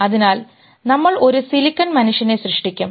അതിനാൽ നമ്മൾ ഒരു സിലിക്കൺ മനുഷ്യനെ സൃഷ്ടിക്കും